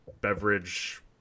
beverage